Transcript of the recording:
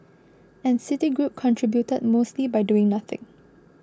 and Citigroup contributed mostly by doing nothing